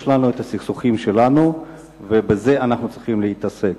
יש לנו הסכסוכים שלנו ובזה אנחנו צריכים להתעסק.